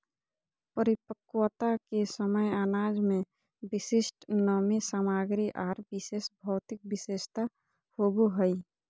परिपक्वता के समय अनाज में विशिष्ट नमी सामग्री आर विशेष भौतिक विशेषता होबो हइ